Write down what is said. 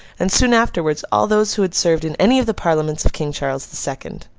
and soon afterwards, all those who had served in any of the parliaments of king charles the second.